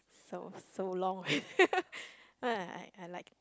so so long uh I I like